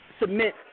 submit